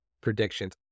predictions